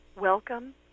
welcome